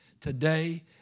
today